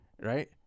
right